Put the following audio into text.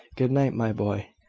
good-night, my boy!